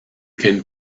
can